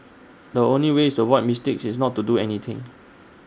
the only way to avoid mistakes is not to do anything